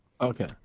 Okay